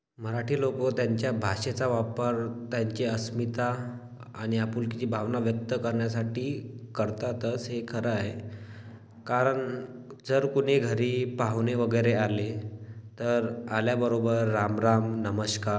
मराठी लोकं त्यांच्या भाषेचा वापर त्यांची अस्मिता आणि आपुलकीची भावना व्यक्त करण्यासाठी करतातच हे खरं आहे कारण जर कुणी घरी पाहुणे वगैरे आले तर आल्याबरोबर राम राम नमस्कार